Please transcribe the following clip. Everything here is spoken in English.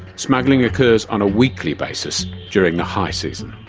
smuggling occurs on a weekly basis during the high season.